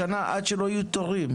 עובדת עד היום 30 שנה בניקיון